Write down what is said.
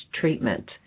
treatment